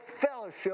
fellowship